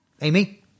Amy